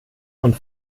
und